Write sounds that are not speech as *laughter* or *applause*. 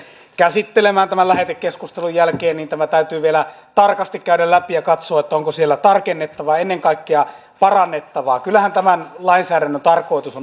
käsittelemään tämän lähetekeskustelun jälkeen niin tämä täytyy vielä tarkasti käydä läpi ja katsoa onko siellä tarkennettavaa ennen kaikkea parannettavaa kyllähän tämän lainsäädännön tarkoitus *unintelligible*